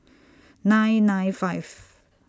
nine nine five